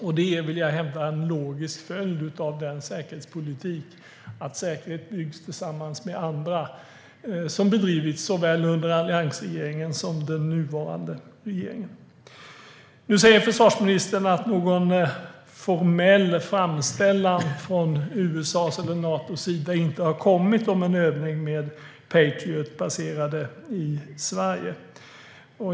Jag vill hävda att det är en logisk följd av den säkerhetspolitik - att säkerhet byggs tillsammans med andra - som såväl alliansregeringen som den nuvarande regeringen bedrivit. Nu säger försvarsministern att det inte har kommit någon formell framställan från USA eller Nato om någon övning med Patriot baserad i Sverige.